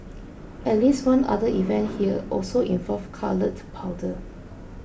at least one other event here also involved coloured powder